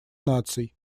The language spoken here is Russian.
наций